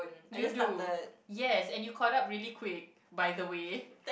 you do yes and you caught up really quick by the way